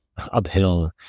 Uphill